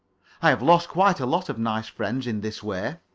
i have lost quite a lot of nice friends in this way.